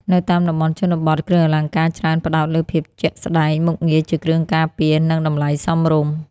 នៅតាមតំបន់ជនបទ គ្រឿងអលង្ការច្រើនផ្តោតលើភាពជាក់ស្តែង មុខងារជាគ្រឿងការពារ និងតម្លៃសមរម្យ។